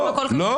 לא.